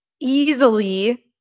easily